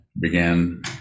began